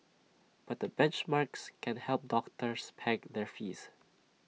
but benchmarks can help doctors peg their fees